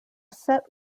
set